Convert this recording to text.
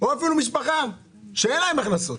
או אפילו למשפחה שאין לה הכנסות,